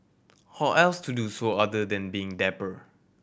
how else to do so other than being dapper